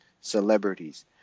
celebrities